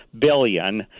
billion